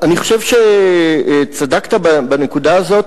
אני חושב שצדקת בנקודה הזאת.